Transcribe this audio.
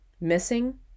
missing